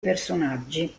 personaggi